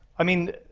i mean,